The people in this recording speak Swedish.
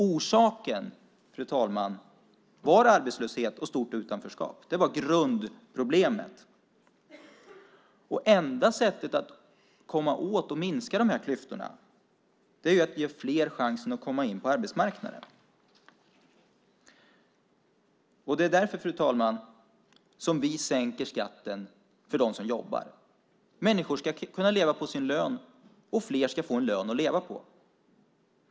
Orsaken, fru talman, var arbetslöshet och stort utanförskap. Det var grundproblemet. Det enda sättet att komma åt och minska de här klyftorna är att ge fler chansen att komma in på arbetsmarknaden. Fru talman! Det är därför som vi sänker skatten för dem som jobbar. Människor ska kunna leva på sin lön, och fler ska få en lön att leva på.